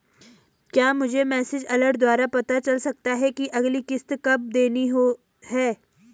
क्या मुझे message alert द्वारा पता चल सकता कि अगली किश्त कब देनी है?